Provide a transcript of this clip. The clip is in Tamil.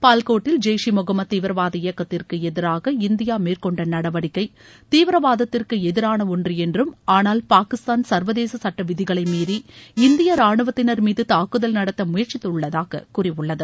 பால்கோட்டில் ஜெய் ஈ முகமது தீவிரவாத இயக்கத்திற்கு எதிராக இந்தியா மேற்கொண்ட நடவடிக்கை தீவிரவாதத்திற்கு எதிரான ஒன்று என்றும் ஆனால் பாகிஸ்தான் சர்வதேச சட்ட விதிகளை மீறி இந்திய ராணுவத்தினர் மீது தாக்குதல் நடத்த முயற்சித்துள்ளதாக கூறியுள்ளது